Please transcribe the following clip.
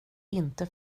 inte